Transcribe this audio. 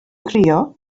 crio